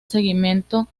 seguimiento